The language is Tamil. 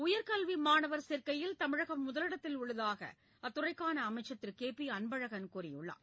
உயர்கல்வி மாணவர் சேர்க்கையில் தமிழகம் முதலிடத்தில் உள்ளதாக அத்துறைக்கான அமைச்சர் திரு கே பி அன்பழகன் கூறியுள்ளார்